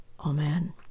Amen